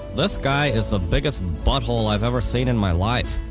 this guy is the biggest butthole i've ever seen in my life